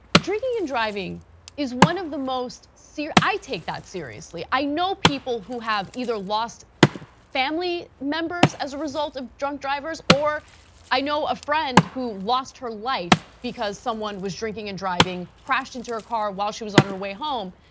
drinking and driving is one of the most, i take that seriously. i know people who have either lost family members as a result of drunk drivers or i know a friend who lost her life because someone was drinking and driving, crashed into her car was she was on her way home.